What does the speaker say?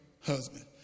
husband